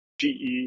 GE